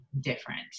different